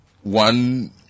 one